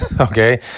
okay